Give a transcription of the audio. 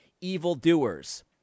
evildoers